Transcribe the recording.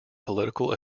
political